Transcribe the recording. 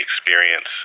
experience